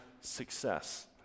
success